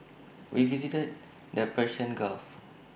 we visited the Persian gulf